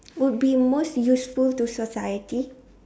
would be most useful to society